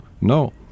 No